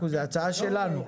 אנחנו זאת הצעה שלנו,